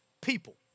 people